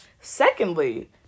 Secondly